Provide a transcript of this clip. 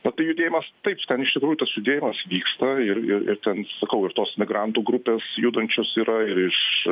na tai judėjimas taip ten iš tikrųjų tad judėjimas vyksta ir ir ir ten sakau ir tos migrantų grupės judančios yra ir iš